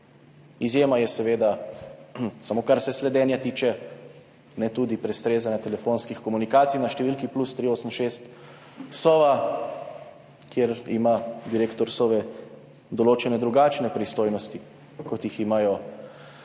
Izjema je, seveda samo kar se sledenja tiče, ne tudi prestrezanja telefonskih komunikacij na številki +386, Sova, kjer ima direktor Sove določene drugačne pristojnosti, kot jih imajo